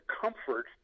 comfort